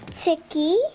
Chicky